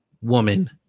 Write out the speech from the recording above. woman